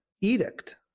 edict